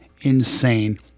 insane